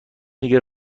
دیگه